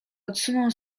odsunął